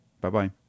Bye-bye